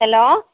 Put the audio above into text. hello